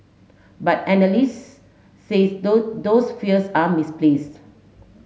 but analyst says those those fears are misplaced